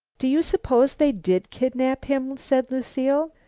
do you suppose they did kidnap him? said lucile.